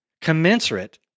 commensurate